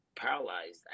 paralyzed